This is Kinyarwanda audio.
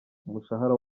umushahara